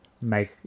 make